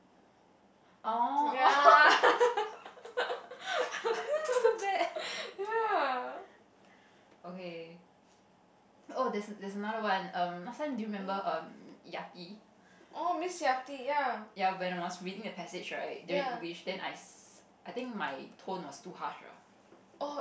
ya ya oh miss yati ya